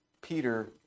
Peter